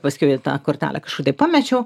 paskiau jau tą kortelę kažkur tai pamečiau